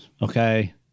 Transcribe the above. Okay